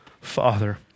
Father